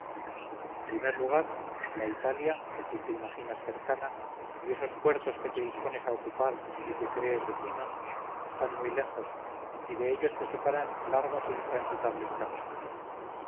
en primer lugar la italia que tú te imaginas cercana y esos puertos que te dispones a ocupar y que crees vecinos está muy lejos y de ellos te separan largos e intransitables caminos